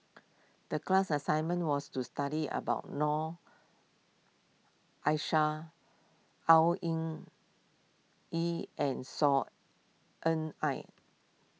the class assignment was to study about Noor Aishah Au Hing Yee and Saw Ean Ang